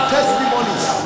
Testimonies